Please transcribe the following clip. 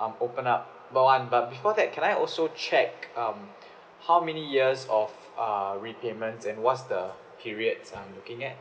um open up while um but before that can I also check um how many years of err repayments and what's the periods I'm looking at